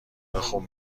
خون